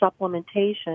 supplementation